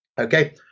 Okay